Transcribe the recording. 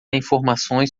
informações